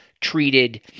treated